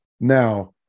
Now